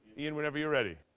ian, whenever you're ready.